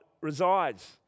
resides